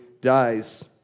dies